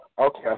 Okay